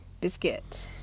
biscuit